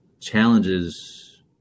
challenges